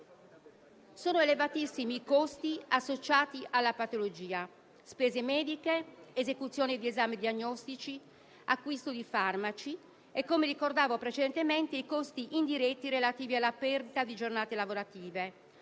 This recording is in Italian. Sono elevatissimi i costi associati alla patologia: spese mediche, esecuzione di esami diagnostici, acquisto di farmaci e, come ricordavo precedentemente, quelli indiretti relativi alla perdita di giornate lavorative,